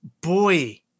boy